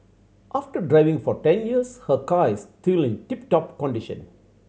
after driving for ten years her car is still in tip top condition